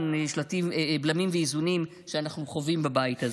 בלמים ואיזונים שאנחנו חווים בבית הזה.